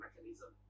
mechanism